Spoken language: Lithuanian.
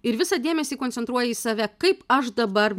ir visą dėmesį koncentruoja į save kaip aš dabar